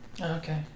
okay